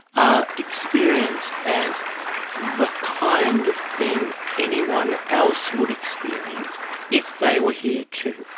are experienced as the kind of thing anyone else would experience if they were here too.